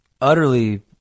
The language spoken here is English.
utterly